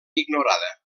ignorada